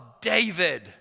David